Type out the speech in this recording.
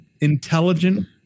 intelligent